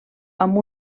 amb